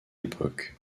époque